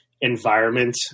environment